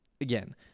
again